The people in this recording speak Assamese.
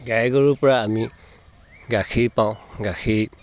গাই গৰুৰ পৰা আমি গাখীৰ পাওঁ গাখীৰ